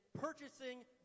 purchasing